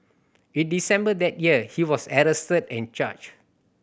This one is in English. in December that year he was arrested and charged